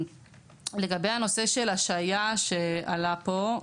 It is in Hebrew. לגבי הנושא של השעיה שעלה פה,